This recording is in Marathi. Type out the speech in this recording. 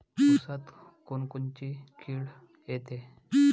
ऊसात कोनकोनची किड येते?